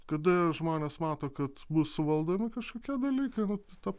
kada žmonės mato kad bus suvaldomi kažkokie dalykai nu tai ta